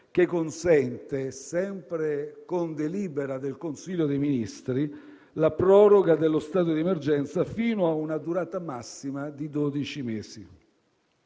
che, sempre con delibera del Consiglio dei ministri, consente la proroga dello stato d'emergenza fino a una durata massima di dodici mesi.